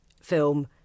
film